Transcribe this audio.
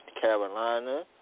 Carolina